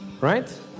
Right